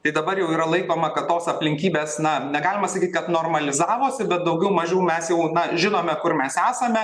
tai dabar jau yra laikoma kad tos aplinkybės na negalima sakyt kad normalizavosi bet daugiau mažiau mes jau žinome kur mes esame